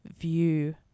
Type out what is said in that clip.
view